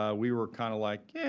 um we were kind of like, yeah